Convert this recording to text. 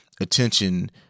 attention